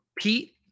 Pete